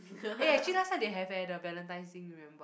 eh actually last time they have eh the Valentine's thing remember